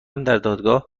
دادگاه